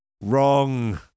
Wrong